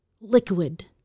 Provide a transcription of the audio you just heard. liquid